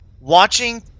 watching